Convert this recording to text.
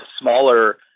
smaller